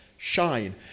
shine